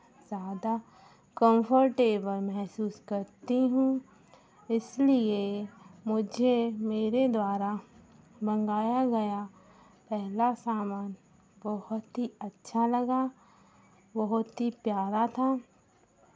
ज़्यादा कम्फर्टेबल महसूस करती हूँ इसलिए मुझे मेरे द्वारा मंगाया गया पहला सामान बहुत ही अच्छा लगा बहुत ही प्यारा था